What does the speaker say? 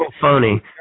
phony